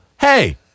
Hey